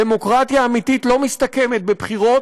דמוקרטיה אמיתית לא מסתכמת בבחירות,